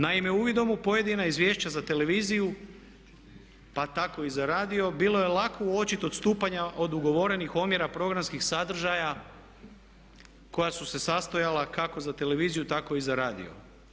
Naime, uvidom u pojedina izvješća za televiziju pa tako i za radio bilo je lako uočiti odstupanja od ugovorenih omjera programskih sadržaja koja su se sastojala kako za televiziju tako i za radio.